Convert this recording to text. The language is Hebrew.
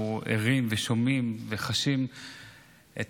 אנחנו ערים, שומעים וחשים את